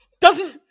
doesn't-